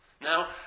Now